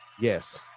yes